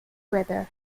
weather